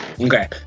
Okay